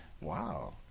Wow